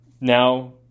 Now